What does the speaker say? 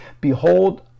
Behold